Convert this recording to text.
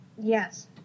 yes